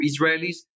Israelis